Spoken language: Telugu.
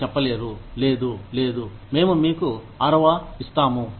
మీరు చెప్పలేరు లేదు లేదు మేము మీకు ఆరవ ఇస్తాము